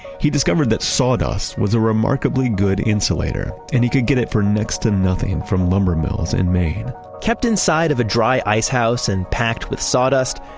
he discovered that sawdust was a remarkably good insulator and he could get it for next to nothing from lumber mills in maine kept inside of a dry ice house and packed with sawdust.